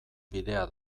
bidea